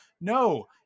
No